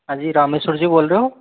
हाँ जी रामेश्वर जी बोल रहे हो